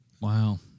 Wow